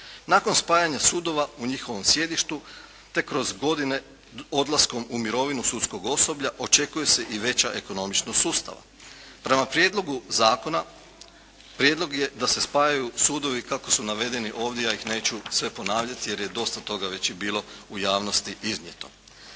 Nakon spajanja sudova u njihovom sjedištu te kroz godine odlaska u mirovinu sudskog osoblja očekuje se i veća ekonomičnost sustava. Prema prijedlogu zakona prijedlog je da se spajaju sudovi kako su navedeni ovdje, ja ih neću sve ponavljati jer je dosta toga već i bilo u javnosti iznijeto.